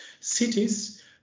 cities